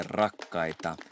rakkaita